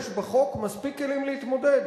יש בחוק מספיק כלים להתמודד,